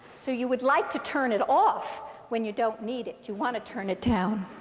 so you would like to turn it off when you don't need it. you want to turn it down.